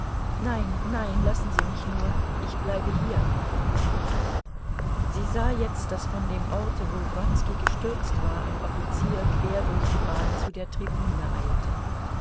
nein nein lassen sie mich nur ich bleibe hier sie sah jetzt daß von dem orte wo wronski gestürzt war ein offizier quer durch die bahn zu der tribüne eilte